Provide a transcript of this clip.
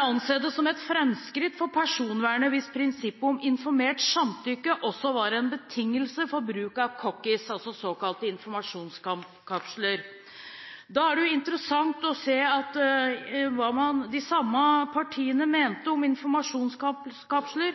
anse det som et fremskritt for personvernet hvis prinsippet om informert samtykke også var en betingelse for bruk av «cookies»», altså såkalte informasjonskapsler. Da er det jo interessant å se hva de samme partiene mente om informasjonskapsler